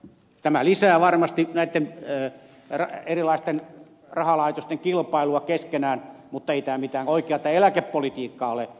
tämä lisää varmasti erilaisten rahalaitosten kilpailua keskenään mutta ei tämä mitään oikeata eläkepolitiikkaa ole